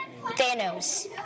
Thanos